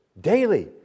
Daily